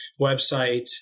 website